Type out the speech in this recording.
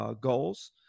goals